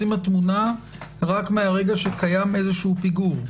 אתם נכנסים לתמונה רק מרגע שקיים פיגור.